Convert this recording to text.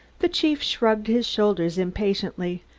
the chief shrugged his shoulders impatiently.